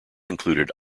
included